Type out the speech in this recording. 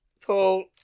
Paul